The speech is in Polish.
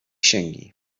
księgi